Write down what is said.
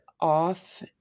off